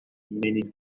many